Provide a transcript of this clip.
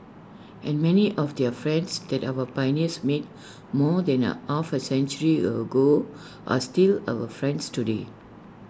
and many of their friends that our pioneers made more than are half A century ago are still our friends today